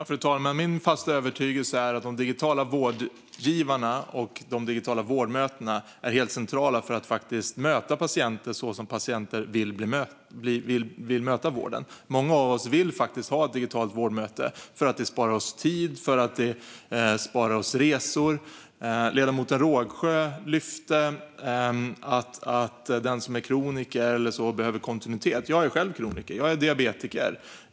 Fru talman! Min fasta övertygelse är att de digitala vårdgivarna och de digitala vårdmötena är helt centrala för att möta patienter så som patienter vill möta vården. Många av oss vill faktiskt ha ett digitalt vårdmöte för att det sparar tid och resor. Ledamoten Rågsjö tog upp att den som är kroniker behöver kontinuitet. Jag är själv kroniker. Jag är diabetiker.